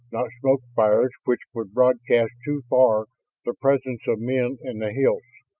not smoke fires which would broadcast too far the presence of men in the hills.